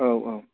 औ औ